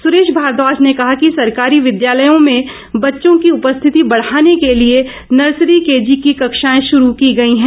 सुरेश भारद्वाज ने कहा कि सरकारी विद्यालयों में बच्चों की उपस्थिति बढ़ाने के लिए नर्सरी केजी की कक्षाए शुरू की गई हैं